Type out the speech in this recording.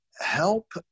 help